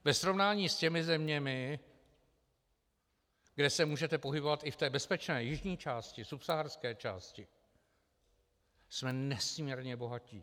Ve srovnání s těmi zeměmi, kde se můžete pohybovat, i v té bezpečné jižní části, v subsaharské části, jsme nesmírně bohatí.